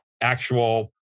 actual